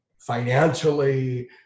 financially